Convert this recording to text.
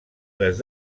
les